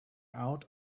out